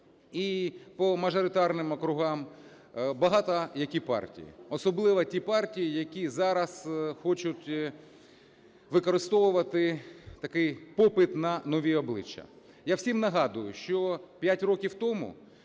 і по мажоритарним округам багато які партії. Особливо ті партії, які зараз хочуть використовувати такий попит на нові обличчя. Я всім нагадую, що 5 років тому